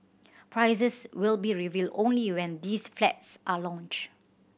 prices will be revealed only when these flats are launched